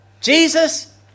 Jesus